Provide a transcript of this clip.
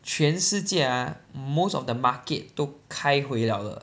全世界 ah most of the market 都开回 liao 了